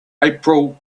april